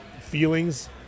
feelings